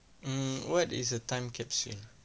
um what is a time capsule